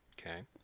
Okay